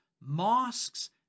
mosques